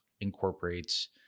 incorporates